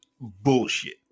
bullshit